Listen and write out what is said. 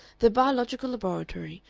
the biological laboratory,